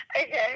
Okay